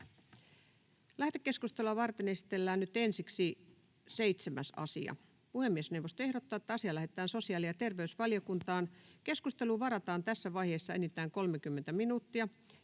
Lähetekeskustelua varten esitellään nyt ensiksi päiväjärjestyksen 7. asia. Puhemiesneuvosto ehdottaa, että asia lähetetään sosiaali- ja terveysvaliokuntaan. Keskusteluun varataan tässä vaiheessa enintään 30 minuuttia.